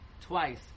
twice